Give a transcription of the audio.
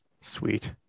Sweet